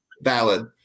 Valid